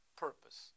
purpose